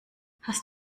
hast